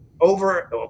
Over